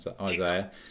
isaiah